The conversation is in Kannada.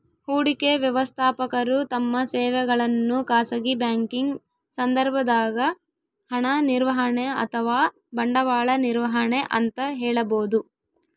ಹೂಡಿಕೆ ವ್ಯವಸ್ಥಾಪಕರು ತಮ್ಮ ಸೇವೆಗಳನ್ನು ಖಾಸಗಿ ಬ್ಯಾಂಕಿಂಗ್ ಸಂದರ್ಭದಾಗ ಹಣ ನಿರ್ವಹಣೆ ಅಥವಾ ಬಂಡವಾಳ ನಿರ್ವಹಣೆ ಅಂತ ಹೇಳಬೋದು